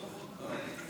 קק"ל לא הגיעו.